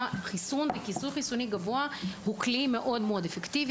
חיסון וכיסוי חיסוני גבוה הוא כלי מאוד אפקטיבי.